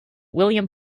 william